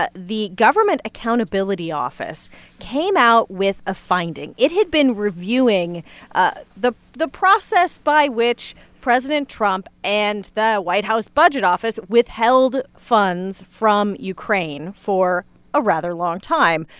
ah the government accountability office came out with a finding. it had been reviewing ah the the process by which president trump and the white house budget office withheld funds from ukraine for a rather long time.